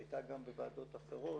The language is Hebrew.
היא הייתה גם בוועדות אחרות,